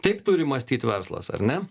taip turi mąstyt verslas ar ne